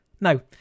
no